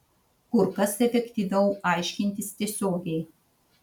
kur kas efektyviau aiškintis tiesiogiai